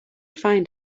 find